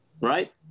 right